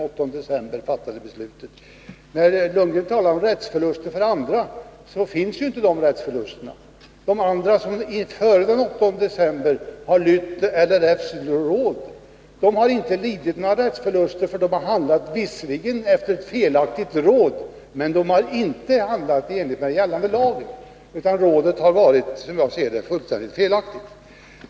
Bo Lundgren talar om rättsförluster för andra, men sådana rättsförluster finns ju inte. De som före den 8 december har lytt LRF:s råd har inte lidit några rättsförluster, för de har visserligen handlat efter ett felaktigt råd men inte i enlighet med gällande lag. Det råd de följt har, som jag ser det, varit fullständigt felaktigt.